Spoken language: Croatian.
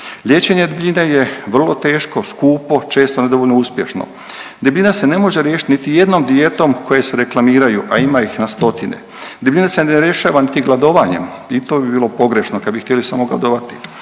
Liječenje debljine je vrlo teško, skupo, često nedovoljno uspješno. Debljina se ne može riješit niti jednom dijetom koje se reklamiraju, a ima ih na stotine, debljina se ne rješava niti gladovanjem i to bi bilo pogrešno kad bi htjeli samo gladovati